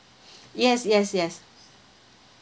yes yes yes